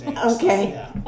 Okay